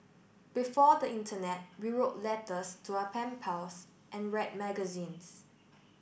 before the internet we wrote letters to our pen pals and read magazines